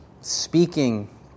speaking